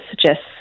suggests